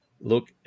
look